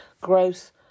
growth